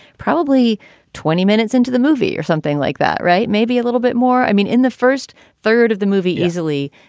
probably twenty minutes into the movie or something like that. right. maybe a little bit more. i mean, in the first third of the movie, easily,